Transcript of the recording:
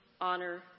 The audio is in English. honor